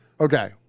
Okay